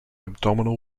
abdominal